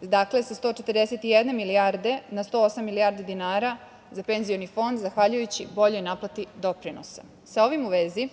Dakle, sa 141 milijarde na 108 milijardi dinara za penzioni fond, zahvaljujući boljoj naplati doprinosa.S ovim u vezi,